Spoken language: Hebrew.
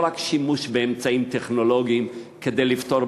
לא רק שימוש באמצעים טכנולוגיים כדי לפתור